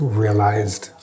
realized